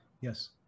Yes